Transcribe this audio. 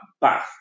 bath